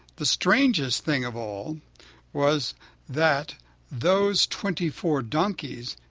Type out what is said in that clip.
the strangest thing of all was that those twenty-four donkeys,